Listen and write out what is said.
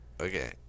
okay